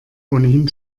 ohnehin